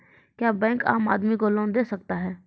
क्या बैंक आम आदमी को लोन दे सकता हैं?